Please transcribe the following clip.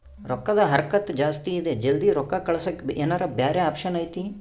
ರೊಕ್ಕದ ಹರಕತ್ತ ಜಾಸ್ತಿ ಇದೆ ಜಲ್ದಿ ರೊಕ್ಕ ಕಳಸಕ್ಕೆ ಏನಾರ ಬ್ಯಾರೆ ಆಪ್ಷನ್ ಐತಿ?